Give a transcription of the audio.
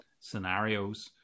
scenarios